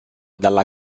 dalla